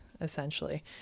essentially